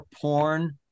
porn